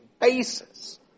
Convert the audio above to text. basis